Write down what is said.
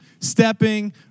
stepping